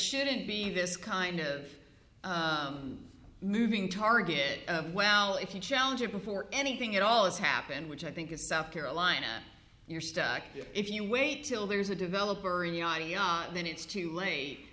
shouldn't be this kind of moving target of well if you challenge it before anything at all as happened which i think is south carolina you're stuck if you wait till there's a developer then it's too late